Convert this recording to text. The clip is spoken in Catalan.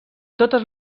totes